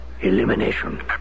elimination